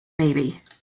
maybe